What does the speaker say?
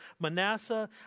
Manasseh